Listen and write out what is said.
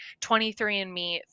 23andMe